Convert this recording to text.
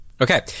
Okay